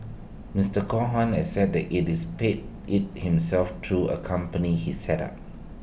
Mister Cohen has said IT is paid IT himself through A company he set up